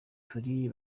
turi